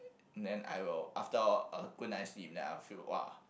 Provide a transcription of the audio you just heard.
then I will after a good night sleep I will feel !wow!